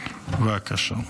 בליאק, בבקשה.